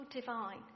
divine